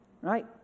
right